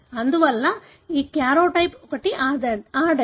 అందువల్ల ఈ కార్యోటైప్ ఒక ఆడది